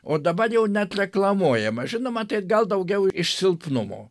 o dabar jau net reklamuojama žinoma tai gal daugiau iš silpnumo